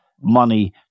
money